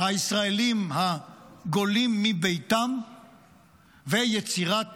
הישראלים הגולים מביתם ויצירת